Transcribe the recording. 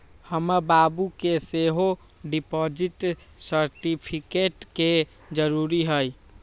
हमर बाबू के सेहो डिपॉजिट सर्टिफिकेट के जरूरी हइ